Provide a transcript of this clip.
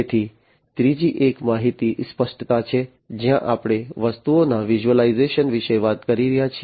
તેથી ત્રીજી એક માહિતી સ્પષ્ટતા છે જ્યાં આપણે વસ્તુઓના વિઝ્યુલાઇઝેશન વિશે વાત કરી રહ્યા છીએ